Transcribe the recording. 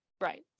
Right